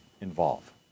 involve